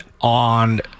on